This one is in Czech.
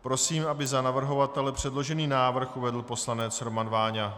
Prosím, aby za navrhovatele předložený návrh uvedl poslanec Roman Váňa.